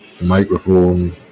microphone